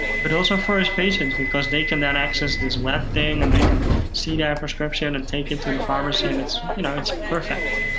but also for his patients, because they can then access this web thing, and they can see their prescription and take it to the pharmacy. and it's you know it's perfect,